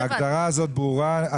ההגדרה הזאת ברורה?